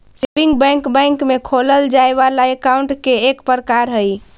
saving bank bank में खोलल जाए वाला अकाउंट के एक प्रकार हइ